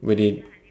where they